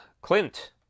Clint